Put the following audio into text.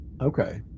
Okay